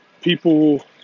people